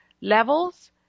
levels